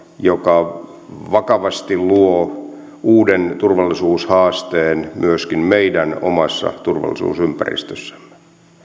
joka vakavasti luo uuden turvallisuushaasteen myöskin meidän omassa turvallisuusympäristössämme